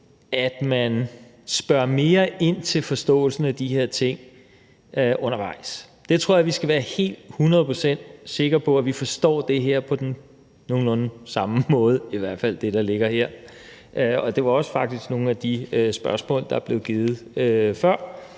at man spørger mere ind til forståelsen af de her ting undervejs. Jeg tror, vi skal være helt hundrede procent sikre på, at vi forstår det her på nogenlunde samme måde – i hvert fald det, der ligger her. Og det var faktisk også nogle af de spørgsmål, der blev stillet før.